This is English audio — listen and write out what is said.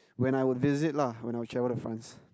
when I would visit lah when I travel to France